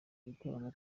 ibitaramo